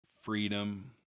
freedom